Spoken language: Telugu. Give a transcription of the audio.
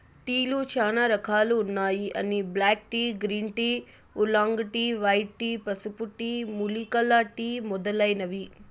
టీలు చానా రకాలు ఉన్నాయి అవి black tea, green tea, oolong tea, white tea, పసుపు టీ, మూలికల టీ మొదలైనవి